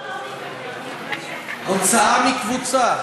הוצאה מקבוצה,